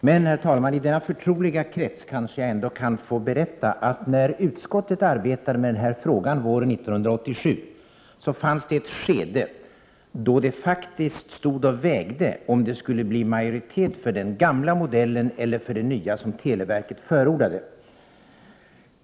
Men, herr talman, i denna förtroliga krets kanske jag ändå kan få berätta att när utskottet arbetade med den här frågan våren 1987, fanns det ett skede då det faktiskt stod och vägde om det skulle bli majoritet för den gamla modellen eller för den nya som televerket förordade.